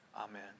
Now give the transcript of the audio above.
Amen